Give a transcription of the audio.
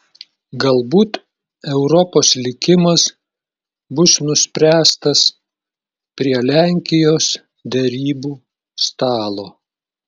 galbūt europos likimas bus nuspręstas prie lenkijos derybų stalo